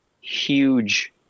huge